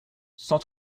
cent